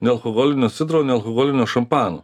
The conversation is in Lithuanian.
nealkoholinio sidro nealkoholinio šampano